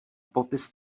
popis